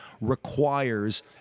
requires